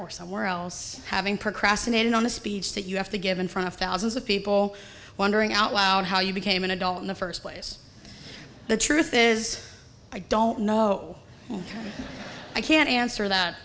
or somewhere else having procrastinated on the speech that you have to give in front of thousands of people wondering out loud how you became an adult in the first place the truth is i don't know i can't answer that